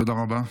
תודה רבה.